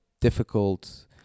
difficult